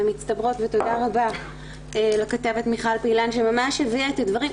תודה רבה לכתבת מיכל פעילן שממש הביאה את הדברים.